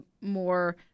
more